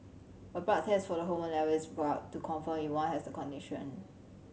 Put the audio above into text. a blood test for the hormone level is required to confirm if one has the condition